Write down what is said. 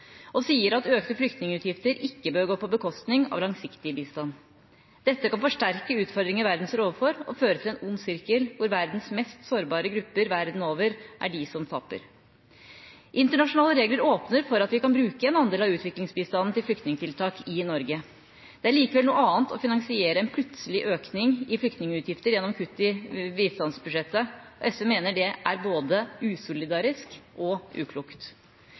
og sier at økte flyktningutgifter ikke bør gå på bekostning av langsiktig bistand. Dette kan forsterke utfordringen verden står overfor, og føre til en ond sirkel hvor verdens mest sårbare grupper verden over er de som taper. Internasjonale regler åpner for at vi kan bruke en andel av utviklingsbistanden til flyktningtiltak i Norge. Det er likevel noe annet å finansiere en plutselig økning i flyktningutgifter gjennom kutt i bistandsbudsjettet. SV mener det er både usolidarisk og uklokt.